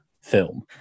film